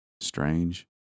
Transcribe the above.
strange